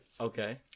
okay